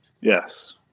Yes